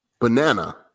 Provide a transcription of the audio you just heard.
banana